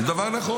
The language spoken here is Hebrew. הוא דבר נכון.